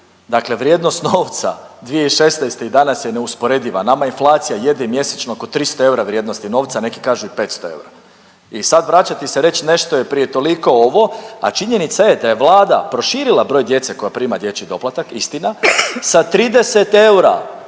Dakle, vrijednost novca 2016. i danas je neusporediva. Nama inflacija jede mjesečno oko 300 eura vrijednosti novca neki kažu i 500 eura i sad vraćati se reći nešto je prije toliko ovo, a činjenica je da je Vlada prošila broj djece koji prima dječji doplataka istina sa 30 eura